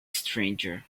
stranger